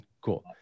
Cool